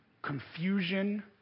Confusion